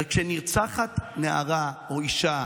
הרי כשנרצחת נערה או אישה,